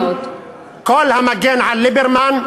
כל המגן על ליברמן,